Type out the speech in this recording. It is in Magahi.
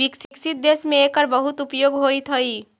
विकसित देश में एकर बहुत उपयोग होइत हई